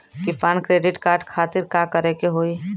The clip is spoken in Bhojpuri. किसान क्रेडिट कार्ड खातिर का करे के होई?